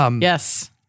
yes